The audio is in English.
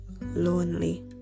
lonely